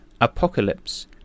apocalypse